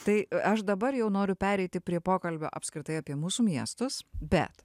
tai aš dabar jau noriu pereiti prie pokalbio apskritai apie mūsų miestus bet